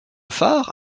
far